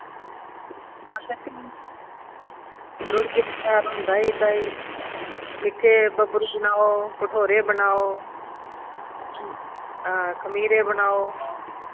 लोह्ड़ियें दा तेहार होंदा गै एह्दा गै मिट्ठे बब्बरू बनाओ भठोरे बनाओ हां खमीरे बनाओ